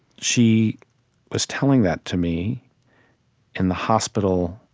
she was telling that to me in the hospital,